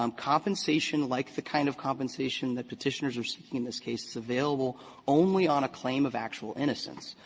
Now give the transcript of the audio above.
um compensation like the kind of compensation that petitioners are seeking in this case is available only on a claim of actual innocence.